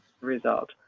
Result